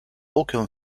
aucun